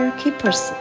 keepers